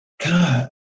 God